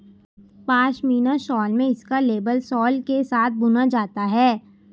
pashmina shawl में इसका label सोल के साथ बुना जाता है